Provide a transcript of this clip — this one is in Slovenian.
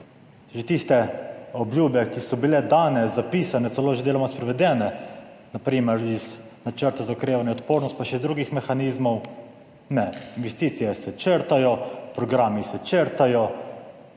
Že tiste obljube, ki so bile danes zapisane, celo že deloma sprovedene, na primer iz načrta za okrevanje in odpornost, pa še drugih mehanizmov, ne, investicije se črtajo, programi se črtajo.